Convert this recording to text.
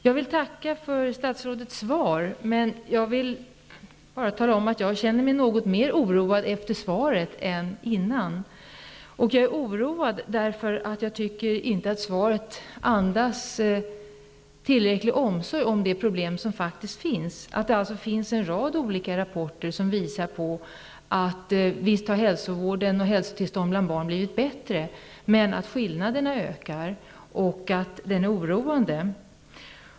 Jag vill tacka för statsrådets svar, men jag känner mig mer oroad efter att jag har fått det än jag var innan. Jag är oroad därför att jag inte tycker att svaret andas tillräckligt med omsorg om de problem som faktiskt finns. En rad olika rapporter visar att hälsovården för och hälsotillståndet bland barn har blivit bättre men att skillnaderna ökar, vilket är oroande.